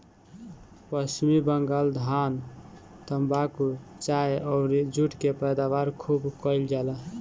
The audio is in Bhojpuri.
पश्चिम बंगाल धान, तम्बाकू, चाय अउरी जुट के पैदावार खूब कईल जाला